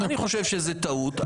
אני חושב שזו טעות.